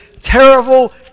terrible